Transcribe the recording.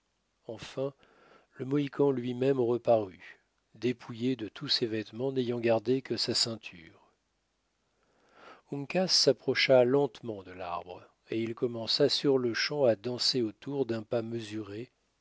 enfin le mohican lui-même reparut dépouillé de tous ses vêtements n'ayant gardé que sa ceinture uncas s'approcha lentement de l'arbre et il commença surle-champ à danser autour d'un pas mesuré